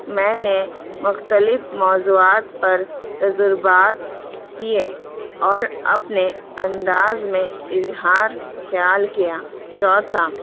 میں نے مختلف موضوعات پر تجربات کیے اور اپنے انداز میں اظہار خیال کیا چو تھا